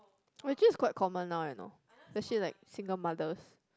well actually it's quite common now you know especially like single mothers